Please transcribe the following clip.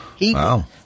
Wow